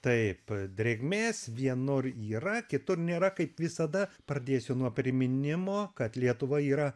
taip drėgmės vienur yra kitur nėra kaip visada pradėsiu nuo priminimo kad lietuva yra